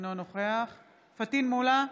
אינו נוכח פטין מולא,